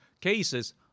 cases